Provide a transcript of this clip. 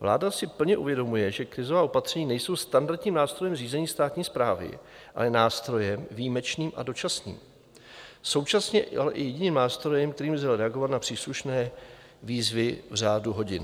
Vláda si plně uvědomuje, že krizová opatření nejsou standardním nástrojem řízení státní správy, ale nástrojem výjimečným a dočasným, současně ale jediným nástrojem, kterým lze reagovat na příslušné výzvy v řádu hodin.